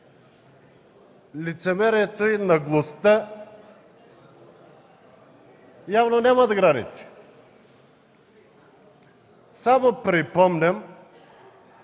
лицемерието и наглостта явно нямат граници. Само припомням,